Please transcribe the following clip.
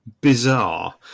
bizarre